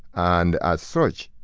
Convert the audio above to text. and as such,